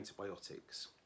antibiotics